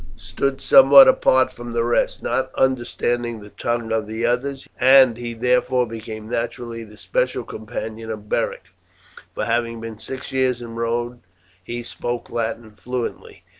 stood somewhat apart from the rest, not understanding the tongue of the others, and he therefore became naturally the special companion of beric for having been six years in rome he spoke latin fluently.